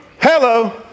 Hello